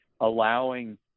allowing